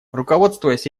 руководствуясь